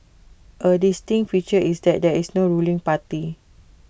A distinct feature is that there is no ruling party